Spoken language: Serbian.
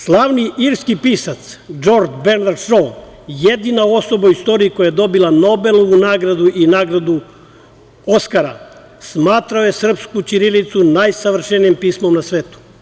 Slavni irski pisac Džordž Bernard Šo, jedina osoba u istoriji koja je dobila Nobelovu nagradu i nagradu Oskar, smatrao je srpsku ćirilicu najsavršenijim pismom na svetu.